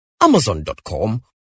Amazon.com